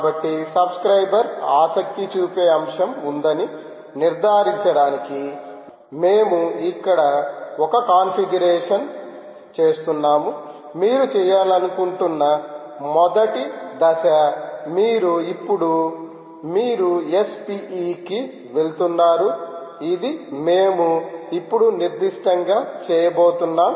కాబట్టి సబ్స్క్రయిబర్ ఆసక్తి చూపే అంశం ఉందని నిర్ధారించడానికి మేము ఇక్కడ ఒక కాన్ఫిగరేషన్ చేస్తున్నాము మీరు చేయాలనుకుంటున్న మొదటి దశ మీరు ఇప్పుడు మీరు SPE కి వెళుతున్నారు ఇది మేము ఇప్పుడు నిర్దిష్టంగా చేయబోతున్నాం